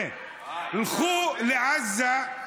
לכו לעזה,